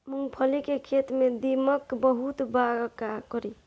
मूंगफली के खेत में दीमक बहुत बा का करी?